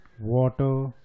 water